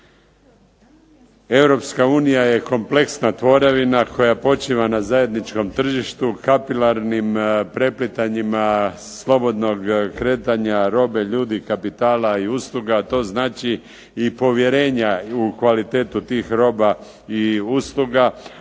Europska unija je kompleksna tvorevina koja počiva na zajedničkom tržištu kapilarnim preplitanjima slobodnog kretanja robe, ljudi, kapitala i usluga, a to znači i povjerenja u kvalitetu tih roba i usluga,